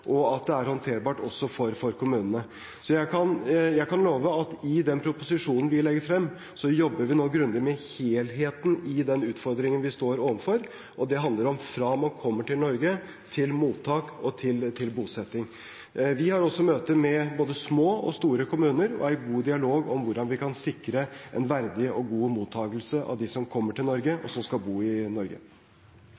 og at det er håndterbart også for kommunene. Jeg kan love at i den proposisjonen vi legger frem, jobber vi grundig med helheten i den utfordringen vi står overfor, og det handler om fra man kommer til Norge, til mottak og til bosetting. Vi har også møter med både små og store kommuner og er i god dialog om hvordan vi kan sikre en verdig og god mottakelse av dem som kommer til Norge, og som skal bo i Norge.